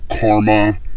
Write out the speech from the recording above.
karma